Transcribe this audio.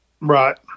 Right